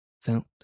felt